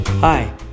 Hi